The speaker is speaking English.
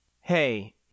Hey